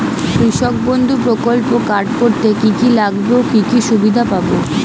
কৃষক বন্ধু প্রকল্প কার্ড করতে কি কি লাগবে ও কি সুবিধা পাব?